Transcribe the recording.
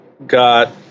Got